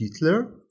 Hitler